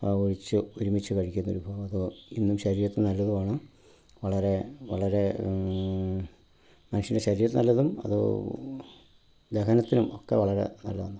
ആ ഒഴിച്ച് ഒരുമിച്ച് കഴിക്കുന്ന ഒരു വിഭവം ഇന്നും ശരീരത്തിന് നല്ലതുമാണ് വളരെ വളരെ മനുഷ്യൻ്റെ ശരീരത്തിന് നല്ലതും അത് ദഹനത്തിനും ഒക്കെ വളരെ നല്ലതാണ്